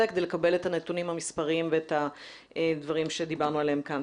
כדי לקבל את הנתונים המספריים ואת הדברים שדיברנו עליהם כאן.